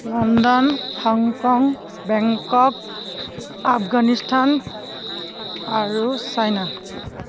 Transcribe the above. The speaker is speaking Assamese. লণ্ডন হংকং বেংকক আফগানিস্তান আৰু চাইনা